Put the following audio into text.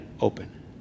Open